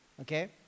okay